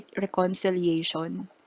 reconciliation